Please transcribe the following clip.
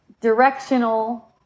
directional